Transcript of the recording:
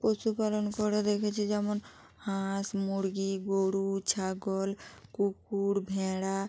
পশুপালন করে দেখেছি যেমন হাঁস মুরগি গোরু ছাগল কুকুর ভেড়া